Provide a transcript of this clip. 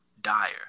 dire